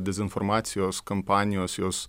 dezinformacijos kampanijos jos